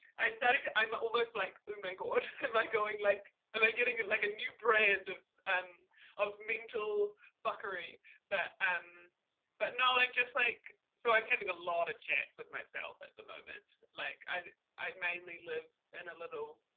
i started to, i'm ah almost like oh my god, um i going like, am i getting it like a new brand of um of mental fuckery but um but no, i'm just like, so i'm having a lot of chats with myself at the moment, like i i mainly live in little.